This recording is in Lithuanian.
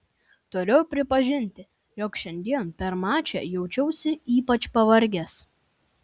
turiu pripažinti jog šiandien per mačą jaučiausi ypač pavargęs